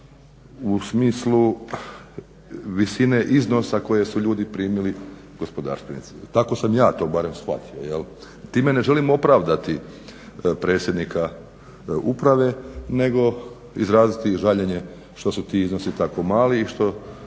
u smislu visine iznosa koje su ljudi primili gospodarstvenici. Tako sam ja to barem shvatio. Time ne želimo opravdati predsjednika uprave, nego izraziti žaljenje što su ti iznosi tako mali i što